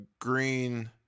green